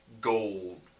gold